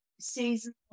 seasonal